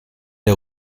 der